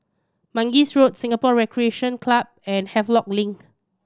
Mangis Road Singapore Recreation Club and Havelock Link